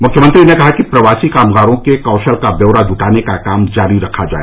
मुख्यमंत्री ने कहा कि प्रवासी कामगारों के कौशल का व्यौरा जुटाने का काम जारी रखा जाए